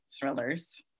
thrillers